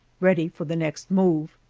ready for the next move.